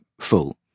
full